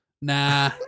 Nah